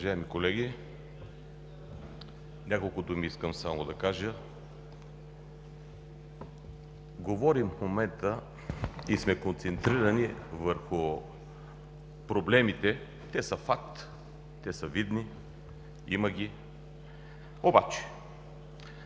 Уважаеми колеги, няколко думи искам само да кажа. Говорим в момента и сме концентрирани върху проблемите – те са факт, те са видни, има ги, обаче